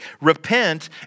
Repent